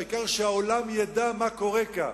העיקר שהעולם ידע מה קורה כאן.